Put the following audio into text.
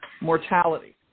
mortality